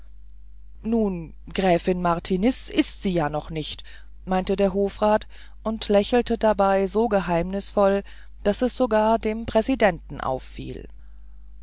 nun gräfin martiniz ist sie ja noch nicht meinte der hofrat und lächelte dabei so geheimnisvoll daß es sogar dem präsidenten auffiel